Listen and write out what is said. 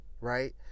Right